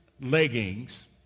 leggings